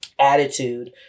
attitude